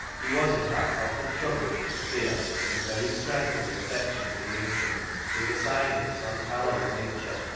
he was, in fact, often troubled with the fear that the very strength of his affection for the instrument was a sign of its unhallowed nature,